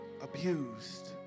Abused